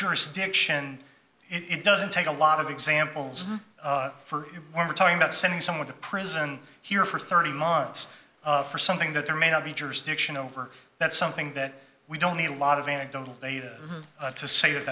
jurisdiction it doesn't take a lot of examples for we're talking about sending someone to prison here for thirty months for something that there may not be jurisdiction over that's something that we don't need a lot of anecdotal data to say that